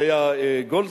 זה היה גולדשטיין,